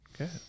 Okay